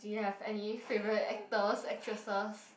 do you have any favorite actors actresses